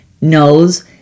knows